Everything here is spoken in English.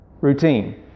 routine